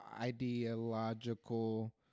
ideological